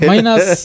Minus